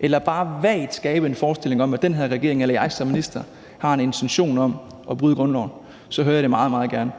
eller bare vagt skabe en forestilling om, at den her regering eller jeg som minister har en intention om at bryde grundloven, så hører jeg det meget, meget gerne.